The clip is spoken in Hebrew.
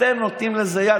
אתם נותנים לזה יד.